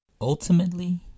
ultimately